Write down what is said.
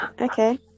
Okay